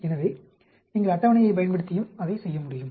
எனவே நீங்கள் அட்டவணையைப் பயன்படுத்தியும் அதை செய்ய முடியும்